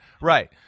Right